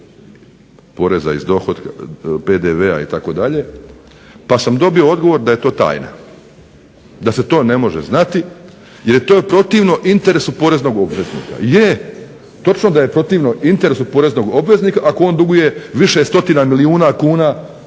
poreza iz dohotka, PDV-a itd., pa sam dobio odgovor da je to tajna, da se to ne može znati jer je to protivno interesu poreznog obveznika. Je, točno da je protivno interesu poreznog obveznika ako on duguje više stotina milijuna kuna